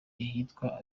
ahitwa